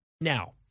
Now